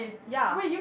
ya